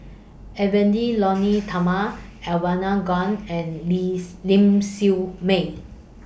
Edwy Lyonet Talma Elangovan and Niss Ling Siew May